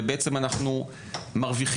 ובעצם אנחנו מרוויחים,